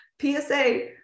PSA